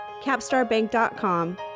capstarbank.com